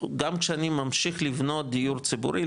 גם כשאני ממשיך לבנות דיור ציבורי,